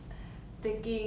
send each other